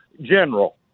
General